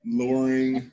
luring